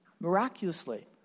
miraculously